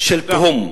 של תהום.